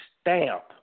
stamp